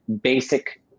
basic